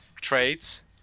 traits